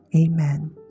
Amen